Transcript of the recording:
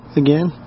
again